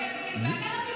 גם אם הוא חבר ועדת האתיקה,